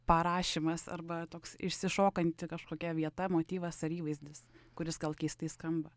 parašymas arba toks išsišokanti kažkokia vieta motyvas ar įvaizdis kuris gal keistai skamba